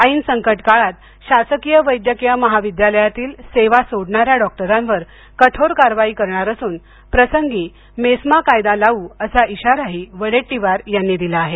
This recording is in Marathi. ऐन संकटकाळात शासकीय वैद्यकीय महाविद्यालयातील सेवा सोडणा या डॉक्टरांवर कठोर कारवाई करणार असून प्रसंगी मेस्मा कायदा लावू असा इशाराही वडेट्टीवार यांनी दिला आहे